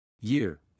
Year